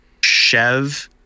Chev